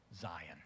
Zion